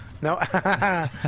No